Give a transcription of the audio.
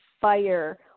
fire